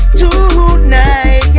tonight